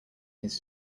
his